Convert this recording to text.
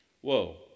Whoa